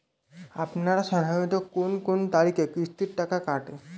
আপনারা সাধারণত কোন কোন তারিখে কিস্তির টাকা কাটে?